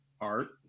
art